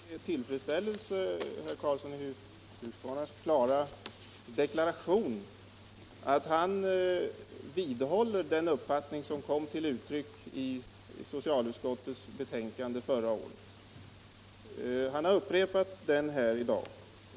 Herr talman! Jag noterar med tillfredsställelse herr Karlssons i Huskvarna bestämda deklaration att han vidhåller den uppfattning som kom till uttryck i socialutskottets betänkande förra året och som han upprepade i dag.